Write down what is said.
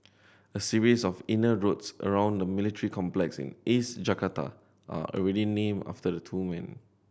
a series of inner roads around the military complex in East Jakarta are already named after the two men